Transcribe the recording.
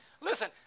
listen